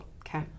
Okay